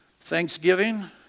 Thanksgiving